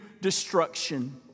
destruction